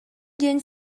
диэн